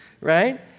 right